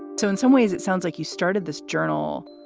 so in some ways, it sounds like you started this journal